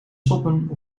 stoppen